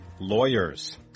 Lawyers